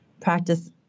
practice